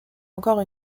encore